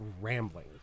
rambling